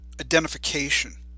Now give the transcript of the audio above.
identification